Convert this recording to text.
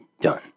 done